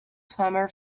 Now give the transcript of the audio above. plumber